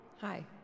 Hi